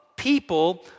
People